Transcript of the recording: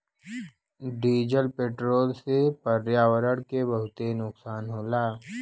diesel petrol से पर्यावरण के बहुते नुकसान होला